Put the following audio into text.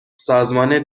سازمان